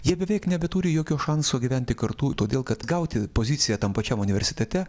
jie beveik nebeturi jokio šanso gyventi kartu todėl kad gauti poziciją tam pačiam universitete